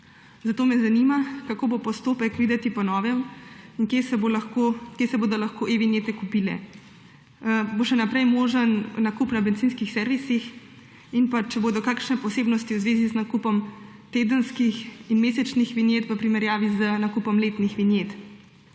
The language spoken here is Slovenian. Zato me zanima: Kako bo postopek nakupa e-vinjete videti po novem? Kje se bodo lahko e-vinjete kupile? Bo še naprej možen nakup na bencinskih servisih? Ali bodo kakšne posebnosti v zvezi z nakupom tedenskih in mesečnih vinjet v primerjavi z nakupom letnih vinjet?